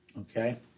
Okay